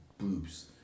boobs